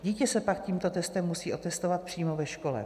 Dítě se pak tímto testem musí otestovat přímo ve škole.